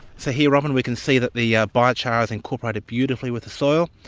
so here, robyn, we can see that the yeah biochar has incorporated beautifully with the soil,